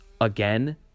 again